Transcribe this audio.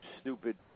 stupid